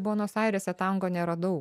buenos airėse tango neradau